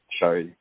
show